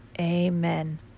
amen